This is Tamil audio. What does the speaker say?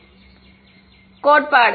மாணவர் கோட்பாடு